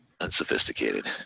unsophisticated